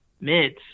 mids